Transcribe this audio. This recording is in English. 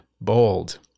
bold